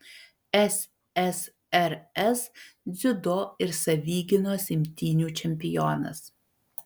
ssrs dziudo ir savigynos imtynių čempionas